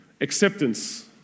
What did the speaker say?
acceptance